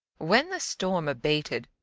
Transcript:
when the storm abated,